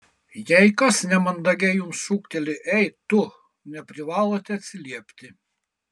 jei kas nemandagiai jums šūkteli ei tu neprivalote atsiliepti